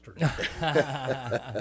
yesterday